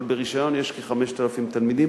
אבל ברשיון יש כ-5,000 תלמידים.